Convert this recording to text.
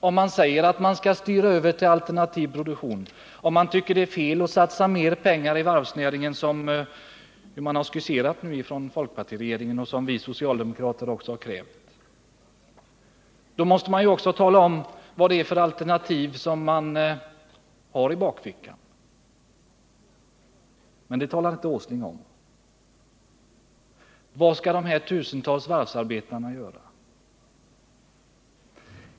Om man tycker att det är fel att satsa mer pengar i varvsnäringen, som folkpartiregeringen och även vi socialdemokrater har uttalat, måste man också tala om vad det är för alternativ som man har i bakfickan, men det gör inte herr Åsling. Vad skall dessa tusentals varvsarbetare göra?